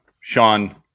Sean